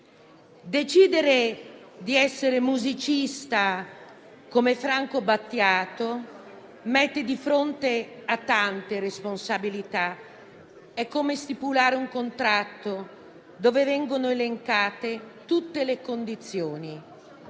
decidere di essere musicista come Franco Battiato mette di fronte a tante responsabilità, perché è come stipulare un contratto dove vengono elencate tutte le condizioni.